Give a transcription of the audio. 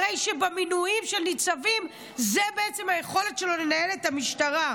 הרי שמינויים של ניצבים זה בעצם היכולת שלו לנהל את המשטרה.